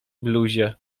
bluzie